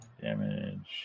damage